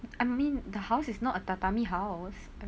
I mean the house is not a tatami house